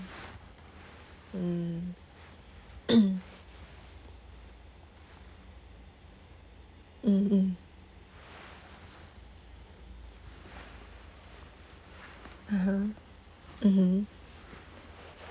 mm mm mm (uh huh) mmhmm